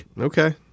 Okay